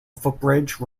footbridge